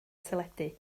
teledu